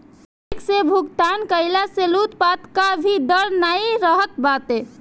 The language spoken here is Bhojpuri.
चेक से भुगतान कईला से लूटपाट कअ भी डर नाइ रहत बाटे